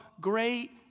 great